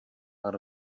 out